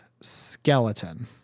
skeleton